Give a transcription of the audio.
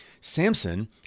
Samson